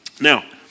Now